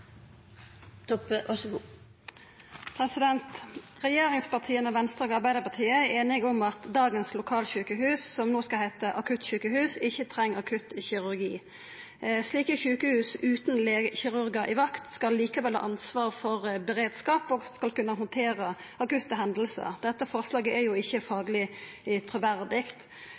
einige om at dagens lokalsjukehus, som no skal heita akuttsjukehus, ikkje treng akuttkirurgi. Slike sjukehus utan kirurgar på vakt skal likevel ha ansvar for beredskap og skal kunna handtera akutte hendingar. Dette forslaget er ikkje fagleg truverdig.